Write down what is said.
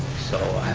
so,